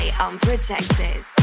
Unprotected